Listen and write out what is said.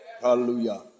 Hallelujah